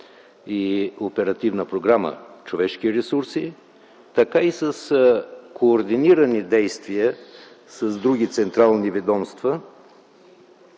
и Оперативна програма „Човешки ресурси”, така и с координирани действия с други централни ведомства,